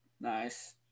Nice